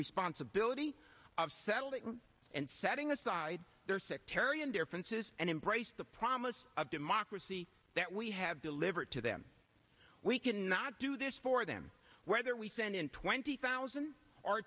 responsibility of settling and setting aside their sectarian differences and embrace the promise of democracy that we have delivered to them we can not do this for them whether we send in twenty thousand or